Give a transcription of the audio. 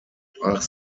brach